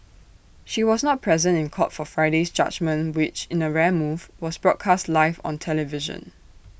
she was not present in court for Friday's judgement which in A rare move was broadcast live on television